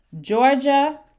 Georgia